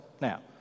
Now